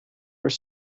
are